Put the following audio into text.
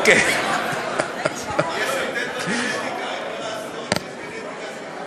יש הבדל בגנטיקה, אין מה לעשות, זו גנטיקה אחרת.